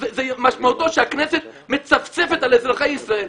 משמעותו שהכנסת מצפצפת על אזרחי ישראל.